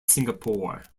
singapore